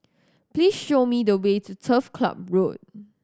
please show me the way to Turf Club Road